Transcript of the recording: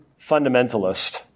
fundamentalist